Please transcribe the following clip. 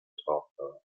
tochter